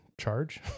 charge